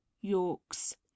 Yorks